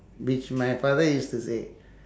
which my father used to say